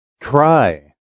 cry